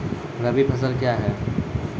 रबी फसल क्या हैं?